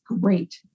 great